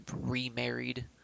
remarried